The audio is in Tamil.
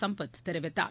சம்பத் தெரிவித்தார்